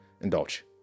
Indulge